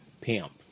pimp